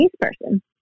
person